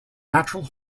natural